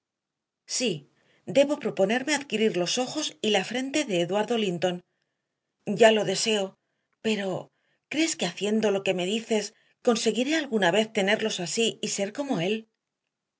sí debo proponerme adquirir los ojos y la frente de eduardo linton ya lo deseo pero crees que haciendo lo que me dices conseguiré alguna vez tenerlos así y ser como él